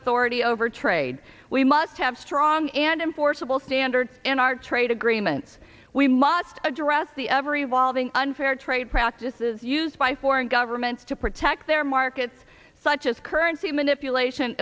authority over trade we must have strong and in forcible standards in our trade agreements we must address the ever evolving unfair trade practices used by foreign governments to protect their markets such as currency manipulation